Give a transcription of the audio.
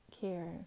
care